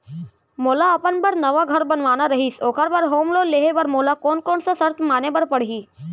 मोला अपन बर नवा घर बनवाना रहिस ओखर बर होम लोन लेहे बर मोला कोन कोन सा शर्त माने बर पड़ही?